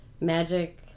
magic